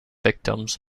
victims